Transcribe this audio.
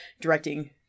directing